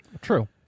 True